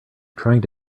trying